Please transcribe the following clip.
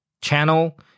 channel